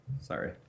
Sorry